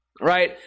right